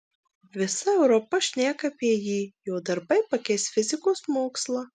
visa europa šneka apie jį jo darbai pakeis fizikos mokslą